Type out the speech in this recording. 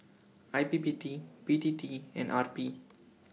I P P T B T T and R P